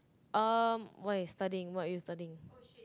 um why studying what are you studying